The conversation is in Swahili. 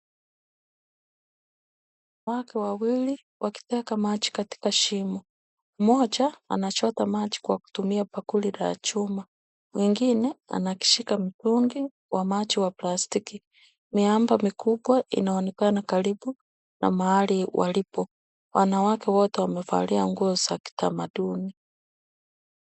Wanawake wawili wanateka maji katika shimo. Mmoja anachota maji kwa kutumia bakuli la chuma. Mwengine anashika mtungi wa maji wa plastiki. Miamba kubwa linaonekana karibu na mahali walipo. Wanawake wote wamevalia nguo za kitamaduni.